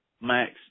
max